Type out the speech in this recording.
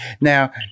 Now